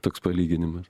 toks palyginimas